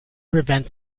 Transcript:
prevent